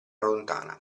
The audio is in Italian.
lontana